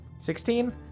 16